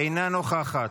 אינה נוכחת,